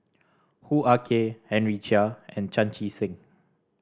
Hoo Ah Kay Henry Chia and Chan Chee Seng